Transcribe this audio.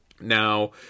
Now